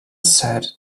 sad